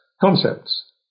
concepts